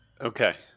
Okay